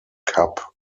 cup